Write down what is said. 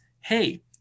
hey